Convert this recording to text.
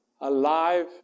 alive